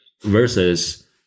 Versus